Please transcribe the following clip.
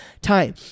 time